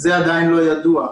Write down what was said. זה עדיין לא ידוע.